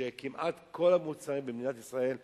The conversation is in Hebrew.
שכמעט כל המוצרים במדינת ישראל יעלו,